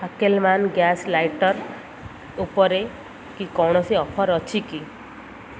ଫାକେଲ୍ମ୍ୟାନ୍ gas lighter ଉପରେ କୌଣସି offer ଅଛି କି